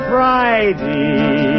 Friday